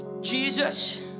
Jesus